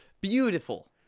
Beautiful